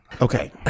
Okay